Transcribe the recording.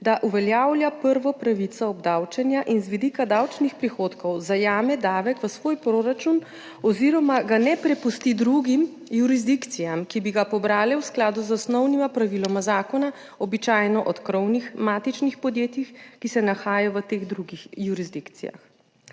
da uveljavlja prvo pravico obdavčenja in z vidika davčnih prihodkov zajame davek v svoj proračun, oziroma ga ne prepusti drugim jurisdikcijam, ki bi ga pobrale v skladu z osnovnima praviloma zakona, običajno od krovnih matičnih podjetij, ki se nahajajo v teh drugih jurisdikcijah.